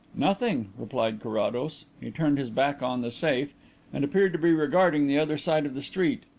nothing, replied carrados. he turned his back on the safe and appeared to be regarding the other side of the street.